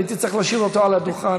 הייתי צריך להשאיר אותו על הדוכן.